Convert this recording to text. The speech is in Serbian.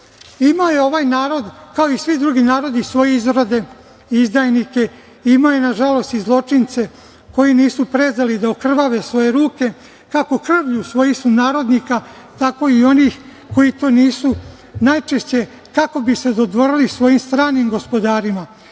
ima i ovaj narod, kao i svi drugi narodi, svoje izrode, izdajnike, ima, nažalost, i zločince koji nisu prezali da okrvave svoje ruke, kako krvlju svojih sunarodnika, tako i onih koji to nisu, najčešće kako bi se dodvorili svojim stranim gospodarima.